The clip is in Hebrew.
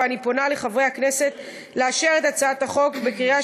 ואני פונה לחברי הכנסת לאשר את הצעת החוק בקריאה